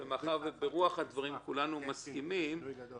מאחר שברוח הדברים כולנו מסכימים --- זה שינוי גדול.